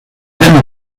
wellen